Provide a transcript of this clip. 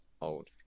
old